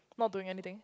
not doing anything